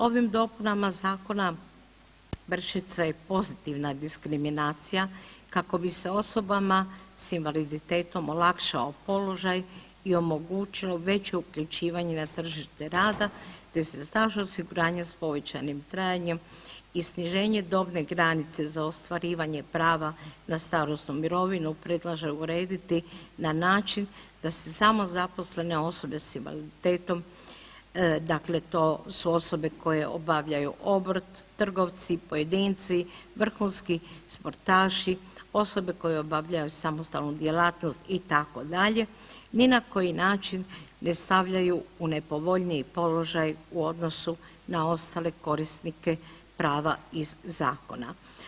Ovim dopunama zakona vrši se pozitivna diskriminacija kako bi se osobama s invaliditetom olakšao položaj i omogućilo veće uključivanje na tržište rada, te se staž osiguranja s povećanim trajanjem i sniženje dobne granice za ostvarivanje prava na starosnu mirovinu predlaže urediti na način da se samozaposlene osobe s invaliditetom dakle to su osobe koje obavljaju obrt, trgovci, pojedinci vrhunski sportaši, osobe koje obavljaju samostalnu djelatnost itd., ni na koji način ne stavljaju u nepovoljniji položaj u odnosu na ostale korisnike prava iz zakona.